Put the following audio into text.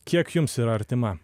kiek jums yra artima